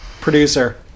producer